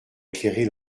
éclairer